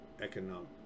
economic